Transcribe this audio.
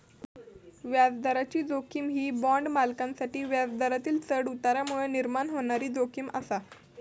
व्याजदराची जोखीम ही बाँड मालकांसाठी व्याजदरातील चढउतारांमुळे निर्माण होणारी जोखीम आसा